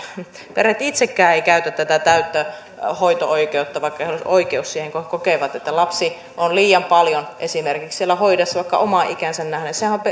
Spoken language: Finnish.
perheet itsekään eivät käytä tätä täyttä hoito oikeutta vaikka heillä olisi oikeus siihen kun he kokevat että lapsi esimerkiksi on liian paljon siellä hoidossa vaikka omaan ikäänsä nähden